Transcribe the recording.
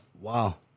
wow